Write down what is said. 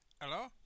Hello